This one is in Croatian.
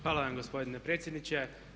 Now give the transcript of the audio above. Hvala vam gospodine predsjedniče.